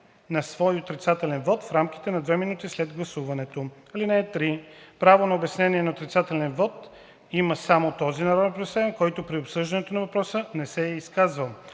на своя отрицателен вот в рамките на 2 минути след гласуването. (3) Право на обяснение на отрицателен вот има само този народен представител, който при обсъждането на въпроса не се е изказвал.